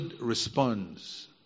responds